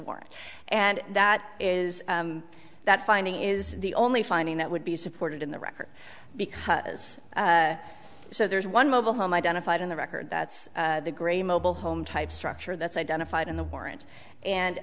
war and that is that finding is the only finding that would be supported in the record because so there's one mobile home identified in the record that's the gray mobile home type structure that's identified in the warrant and